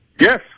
Yes